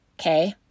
okay